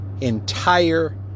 entire